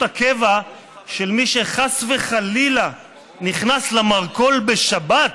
הקבע של מי שחס וחלילה נכנס למרכול בשבת